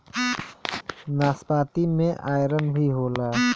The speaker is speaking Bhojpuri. नाशपाती में आयरन भी होला